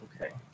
Okay